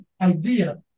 idea